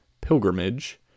Pilgrimage